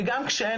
וגם כשאין,